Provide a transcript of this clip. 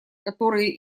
который